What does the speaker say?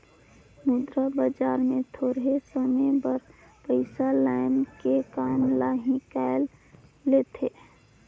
मुद्रा बजार ले थोरहें समे बर पइसा लाएन के काम ल हिंकाएल लेथें